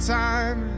time